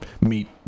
meet